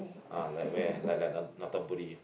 ah like where like like Dotonbori ah